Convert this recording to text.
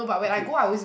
okay